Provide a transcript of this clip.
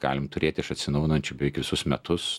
galim turėt iš atsinaujinančių visus metus